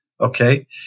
Okay